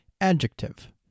Adjective